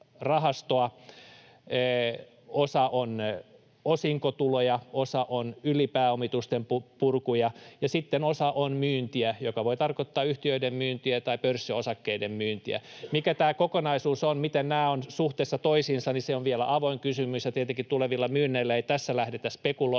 osa on osinkotuloja, osa on ylipääomitusten purkuja ja sitten osa on myyntiä, joka voi tarkoittaa yhtiöiden myyntiä tai pörssiosakkeiden myyntiä. Mikä tämä kokonaisuus on, miten nämä ovat suhteessa toisiinsa, se on vielä avoin kysymys. Tietenkään tulevilla myynneillä ei tässä lähdetä spekuloimaan,